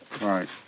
Right